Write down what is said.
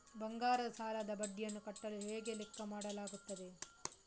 ಬಂಗಾರದ ಸಾಲದ ಬಡ್ಡಿಯನ್ನು ಕಟ್ಟಲು ಹೇಗೆ ಲೆಕ್ಕ ಮಾಡಲಾಗುತ್ತದೆ?